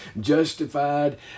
justified